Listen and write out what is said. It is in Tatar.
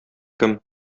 кем